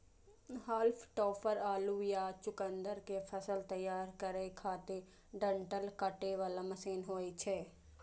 हाल्म topper आलू या चुकुंदर के फसल तैयार करै खातिर डंठल काटे बला मशीन होइ छै